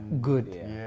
good